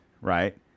right